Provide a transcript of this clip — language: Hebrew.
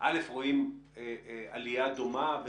אתם רואים עלייה דומה?